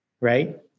right